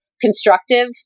constructive